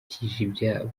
ibyabo